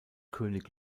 könig